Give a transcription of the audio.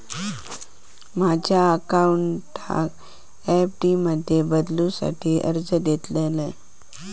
माझ्या अकाउंटाक एफ.डी मध्ये बदलुसाठी अर्ज देतलय